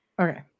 okay